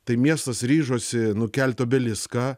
tai miestas ryžosi nukelt obeliską